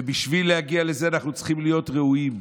ובשביל להגיע לזה אנחנו צריכים להיות ראויים,